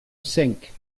cinq